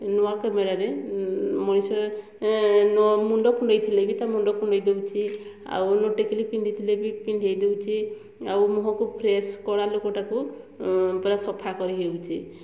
ନୂଆ କ୍ୟାମେରାରେ ମଣିଷ ନ ମୁଣ୍ଡ କୁଣ୍ଡାଇ ଥିଲେ ବି ତା ମୁଣ୍ଡ କୁଣ୍ଡାଇ ଦେଉଛି ଆଉ ନ ଟିକିଲି ପିନ୍ଧିଥିଲେ ବି ପିନ୍ଧାଇ ଦେଉଛି ଆଉ ମୁହଁକୁ ଫ୍ରେସ୍ କଳା ଲୋକଟାକୁ ପୁରା ସଫା କରିହେଉଛି